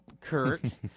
Kurt